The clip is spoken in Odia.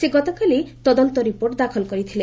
ସେ ଗତକାଲି ତଦନ୍ତ ରିପୋର୍ଟ ଦାଖଲ କରିଥିଲେ